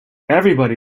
everybody